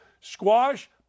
Squash